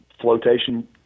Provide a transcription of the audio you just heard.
flotation